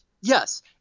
yes